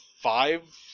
five